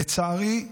לצערי,